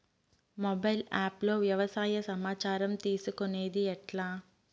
Mobile app లో వ్యవసాయ సమాచారం తీసుకొనేది ఎట్లా?